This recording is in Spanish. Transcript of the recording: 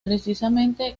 precisamente